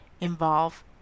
involve